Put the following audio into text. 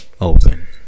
open